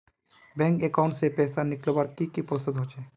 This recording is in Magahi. बैंक अकाउंट से पैसा निकालवर की की प्रोसेस होचे?